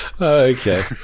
Okay